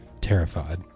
terrified